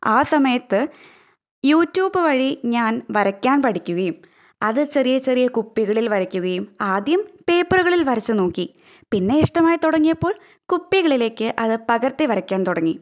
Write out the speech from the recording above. ആ സമയത്ത് യൂട്യൂബ് വഴി ഞാൻ വരയ്ക്കാൻ പഠിക്കുകയും അത് ചെറിയ ചെറിയ കുപ്പികളിൽ വരയ്ക്കുകയും ആദ്യം പേപ്പറുകളിൽ വരച്ച് നോക്കി പിന്നെ ഇഷ്ടമായി തുടങ്ങിപ്പോൾ കുപ്പികളിലേക്ക് അത് പകർത്തി വരയ്ക്കാൻ തുടങ്ങി